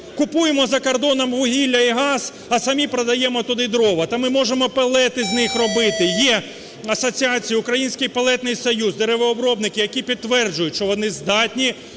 Купуємо за кордоном вугілля і газ, а самі продаємо туди дрова. Та ми можемо пелети з них робити. Є Асоціація "Український Пелетний Союз", деревообробники, які підтверджують, що вони здатні